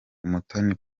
umutoni